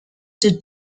did